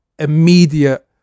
immediate